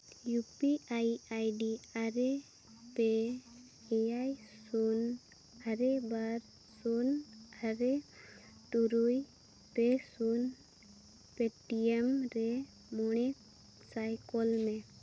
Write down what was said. U P I ID ᱟᱨᱮ ᱯᱮ ᱮᱭᱟᱭ ᱥᱩᱱ ᱟᱨᱮ ᱵᱟᱨ ᱥᱩᱱ ᱟᱨᱮ ᱛᱩᱨᱭ ᱯᱮ ᱥᱩᱱ ᱯᱮᱴᱤᱭᱮᱢ ᱨᱮ ᱢᱚᱬᱮ ᱥᱟᱭ ᱠᱳᱞ ᱢᱮ